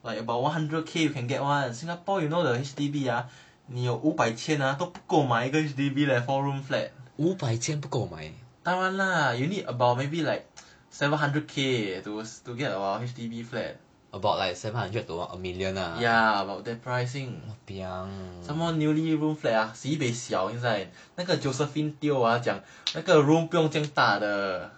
like about one hundred K you can get one in singapore you know the H_D_B ah 你有五百千都不够买一个 H_D_B leh four room flat 当然 lah you need about maybe like you need about like seven hundred K eh to get a H_D_B flat ya about that pricing some more newly room flat ah sibeh 小 ah 现在那个 josephine teo 讲那个 room 不用这样大的